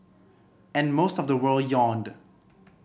and most of the world yawned